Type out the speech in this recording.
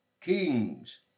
kings